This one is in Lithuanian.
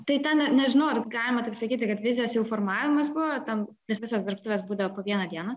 tai ten nežinau ar galima taip sakyti kad vizijos jau formavimas buvo ten nes visos dirbtuvės būdavo po vieną dieną